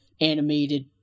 animated